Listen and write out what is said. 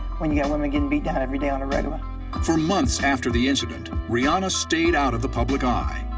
when you yeah women getting beat down every day on a regular. narrator for months after the incident, rihanna stayed out of the public eye.